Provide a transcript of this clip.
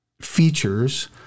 features